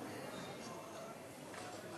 נדמה